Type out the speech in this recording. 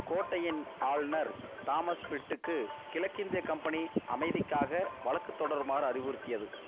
கோட்டையின் ஆளுநர் தாமஸ் பிட்டுக்கு கிழக்கிந்திய கம்பெனி அமைதிக்காக வழக்குத் தொடருமாறு அறிவுறுத்தியது